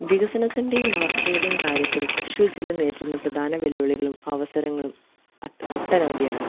വികസനത്തിൻ്റെയും വളർച്ചയുടെയും കാര്യത്തിൽ തൃശ്ശൂർ ജില്ല നേരിടുന്ന പ്രധാന വെല്ലുവിളികളും അവസരങ്ങളും അട്ട് ഒട്ടനവധിയാണ്